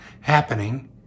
happening